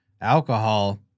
Alcohol